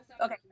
okay